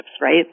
right